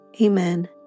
Amen